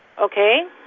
okay